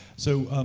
so,